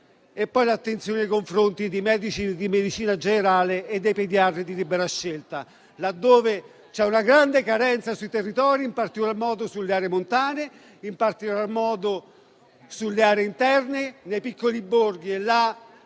poi attenzione nei confronti dei medici di medicina generale e dei pediatri di libera scelta, di cui c'è grande carenza nei territori, in particolar modo nelle aree montane, nelle aree interne e nei piccoli borghi. Da